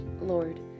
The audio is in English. lord